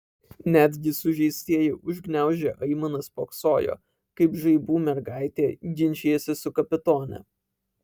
netgi sužeistieji užgniaužę aimanas spoksojo kaip žaibų mergaitė ginčijasi su kapitone